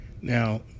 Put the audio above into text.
Now